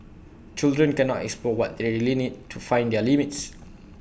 children cannot explore what they really need to find their limits